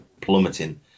plummeting